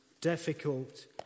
difficult